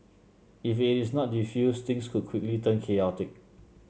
if it is not defused things could quickly turn chaotic